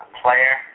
player